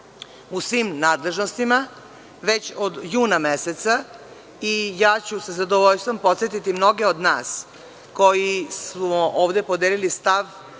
u svim nadležnostima već od juna meseca i ja ću sa zadovoljstvom podsetiti mnoge od nas, koji smo ovde podelili stav